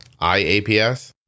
IAPS